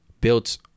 built